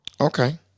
Okay